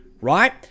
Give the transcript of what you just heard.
right